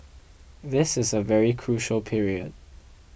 this is a very crucial period